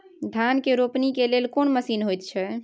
धान के रोपनी के लेल कोन मसीन होयत छै?